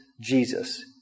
Jesus